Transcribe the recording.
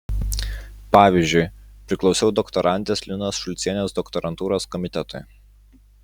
pavyzdžiui priklausiau doktorantės linos šulcienės doktorantūros komitetui